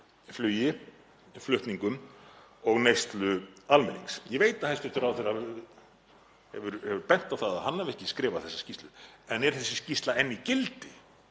flugi, flutningum og neyslu almennings. Ég veit að hæstv. ráðherra hefur bent á það að hann hafi ekki skrifað þessa skýrslu, en er þessi skýrsla enn í gildi